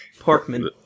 Porkman